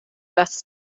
das